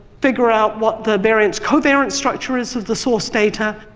figure out what the variance covariance structure is of the source data,